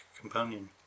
companion